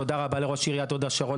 תודה רבה לראש עיריית הוד השרון,